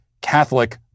Catholic